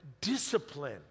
discipline